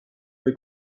või